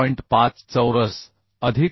5 चौरस अधिक 115